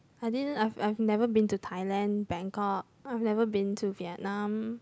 I didn't I've I've never been to Thailand Bangkok I've never been to Vietnam